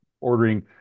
ordering